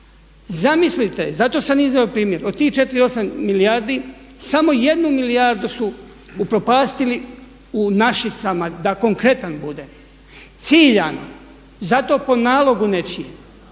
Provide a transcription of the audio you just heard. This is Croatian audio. Zamislite, zato sam i izveo primjer, od tih 4,8 milijardi samo 1 milijardu su upropastili u Našicama da konkretan budem, ciljano po nalogu nečijem.